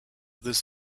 this